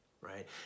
right